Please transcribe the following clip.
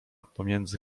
pomiędzy